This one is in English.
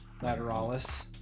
Lateralis